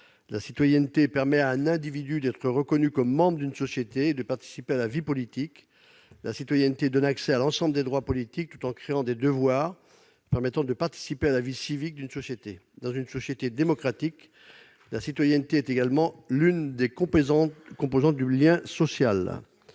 La citoyenneté permet à un individu d'être reconnu comme membre d'une société et de participer à la vie politique. Elle donne accès à l'ensemble des droits politiques, tout en créant des devoirs, leur conjonction permettant de participer à la vie civique d'un pays. Dans une société démocratique, la citoyenneté est également l'une des composantes du lien social.